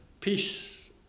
peace